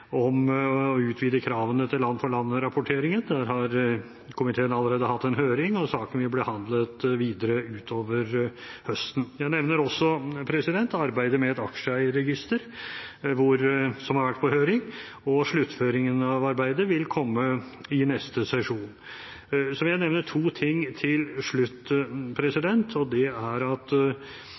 om å utvide kravene til land-for-land-rapporteringen. Komiteen har allerede hatt en høring, og saken vil bli behandlet videre utover høsten. Jeg nevner også arbeidet med et aksjeeierregister, som har vært på høring. Sluttføringen av arbeidet vil komme i neste sesjon. Så vil jeg nevne to ting til slutt, det er at